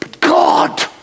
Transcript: God